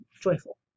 joyful